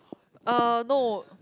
uh no